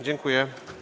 Dziękuję.